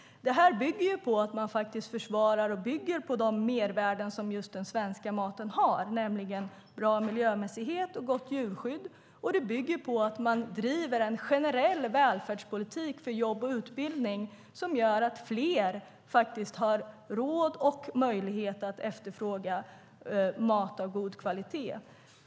Det här bygger på att man försvarar och bygger på de mervärden just den svenska maten har, nämligen bra miljömässighet och gott djurskydd. Det bygger också på att man driver en generell välfärdspolitik för jobb och utbildning som gör att fler faktiskt har råd och möjlighet att efterfråga mat av god kvalitet.